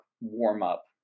warm-up